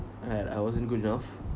that I wasn't good enough